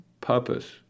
purpose